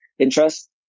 interest